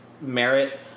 merit